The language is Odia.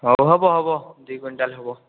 ହଉ ହବ ହବ ଦୁଇ କୁଇଣ୍ଟାଲ ହେବ